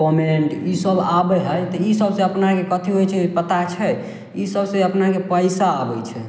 comment ई सब आबय हइ तऽ ई सबसँ अपनाके कथी होइ छै पता छै ई सबसँ अपनाके पैसा अबय छै